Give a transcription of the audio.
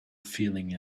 feeling